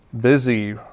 busy